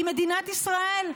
היא מדינת ישראל,